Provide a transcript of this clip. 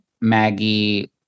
Maggie